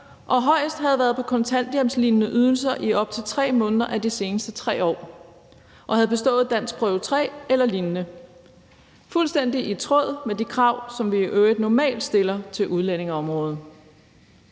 og højst havde været på kontanthjælpslignende ydelser i op til 3 måneder ud af de seneste 3 år og havde bestået danskprøve 3 eller lignende. Det var fuldstændig i tråd med de krav, som vi i øvrigt normalt stiller på udlændingeområdet.